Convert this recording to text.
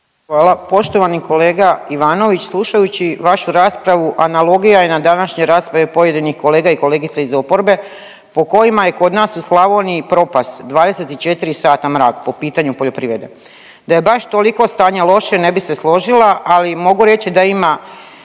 Hvala. poštovani kolega Ivanović. Slušajući vašu raspravu, analogija je na današnjoj raspravi pojedinih kolega i kolegica iz oporbe, po kojima je kod nas u Slavoniji propast, 24 sata mrak po pitanju poljoprivredne. Da je baš toliko stanje loše, ne bih se složila, ali mogu reći da ima